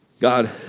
God